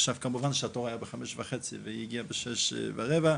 עכשיו כמובן שהתור היה בחמש וחצי והיא הגיעה בשש ורבע,